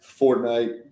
Fortnite